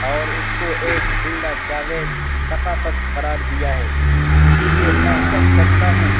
اور اس کو ایک زندہ جاوید ثقافت قرار دیا ہے اسی لیے میں کہہ سکتا ہوں